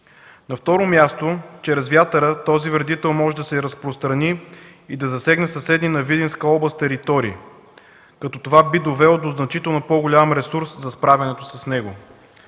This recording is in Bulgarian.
На второ място, чрез вятъра този вредител може да се разпространи и да засегне съседни на Видинска област територии, като това би довело до значително по-голям ресурс за справянето с него.